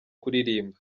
kuririmba